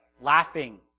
laughing